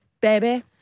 baby